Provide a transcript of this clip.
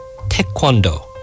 taekwondo